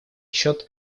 счет